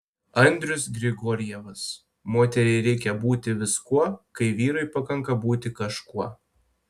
andrius grigorjevas moteriai reikia būti viskuo kai vyrui pakanka būti kažkuo